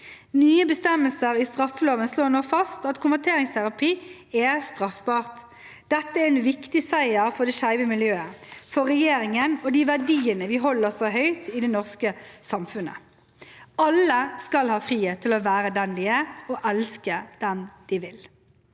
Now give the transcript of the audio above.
Nye bestemmelser i straffeloven slår nå fast at konverteringsterapi er straffbart. Dette er en viktig seier for det skeive miljøet, for regjeringen og de verdiene vi holder så høyt i det norske samfunnet. Alle skal ha frihet til å få være den de er og elske den de vil.